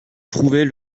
trouvait